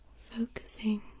Focusing